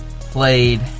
played